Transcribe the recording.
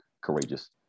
courageous